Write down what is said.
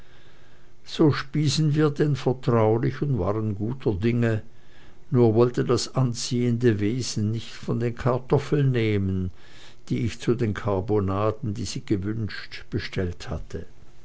so spiesen wir denn vertraulich und waren guter dinge nur wollte das anziehende wesen nicht von den kartoffeln nehmen die ich zu den karbonaden die sie gewünscht bestellt hatte